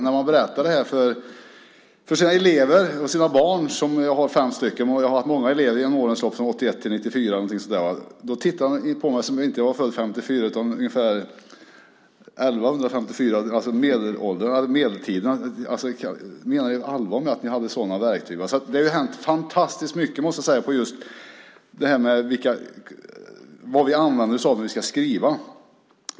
När jag berättar det här för mina elever och mina barn - jag har fem stycken och jag har haft många elever genom årens lopp mellan 1981 och 1994 - tittar de på mig som om jag inte var född 1954 utan ungefär 1154, alltså på medeltiden. Menar du allvar med att ni hade sådana verktyg, säger de. Det har alltså hänt fantastiskt mycket, måste jag säga, med just vad vi använder oss av när vi ska skriva.